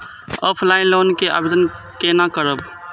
Offline loan के आवेदन केना करब?